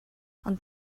ond